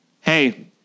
Hey